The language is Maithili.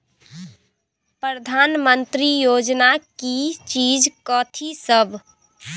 प्रधानमंत्री योजना की चीज कथि सब?